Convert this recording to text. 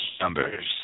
numbers